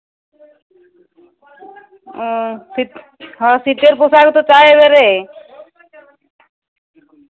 ও শীত হ্যাঁ শীতের পোশাক তো চাই এবারে